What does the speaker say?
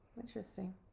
Interesting